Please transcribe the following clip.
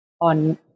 on